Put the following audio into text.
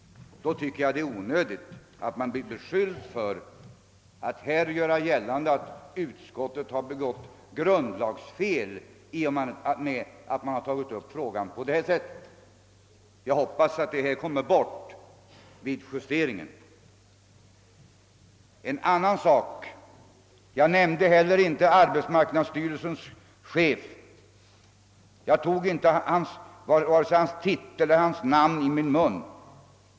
Då tycker jag att det är onödigt att beskylla mig för att göra gällande att utskottet har begått ett grundlagsfel, i och med att man har tagit upp frågan på detta sätt. Jag hoppas att detta uttalande försvinner vid justeringen. En annan sak: Jag nämnde inte heller arbetsmarknadsstyrelsens chef. Jag tog inte vare sig hans titel eller hans namn i min mun.